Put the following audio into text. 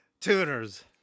Tuners